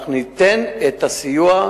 אנחנו ניתן את הסיוע.